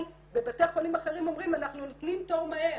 בבתי חולים אחרים אומרים אנחנו נותנים תור מהר